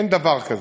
אין דבר כזה.